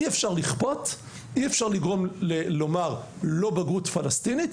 אי-אפשר לכפות, אי-אפשר לומר לא בגרות פלסטינית.